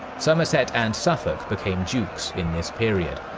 somerset and suffolk became dukes in this period.